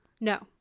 No